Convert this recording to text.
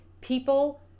people